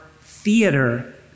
theater